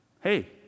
Hey